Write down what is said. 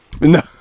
No